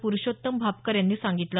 प्रुषोत्तम भापकर यांनी सांगितलं